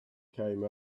came